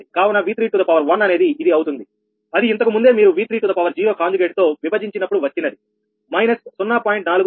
కావున 𝑉31అనేది ఇది అవుతుంది అది ఇంతకు ముందే మీరు 𝑉30 కాంజుగేట్ తో విభజించినప్పుడు వచ్చినది మైనస్ 0